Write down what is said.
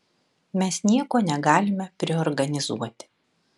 mes nieko negalime priorganizuoti